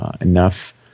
enough –